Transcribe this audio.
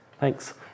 thanks